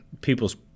people's